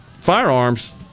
firearms